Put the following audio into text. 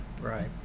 right